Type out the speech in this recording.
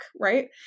right